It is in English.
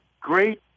great